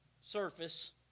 surface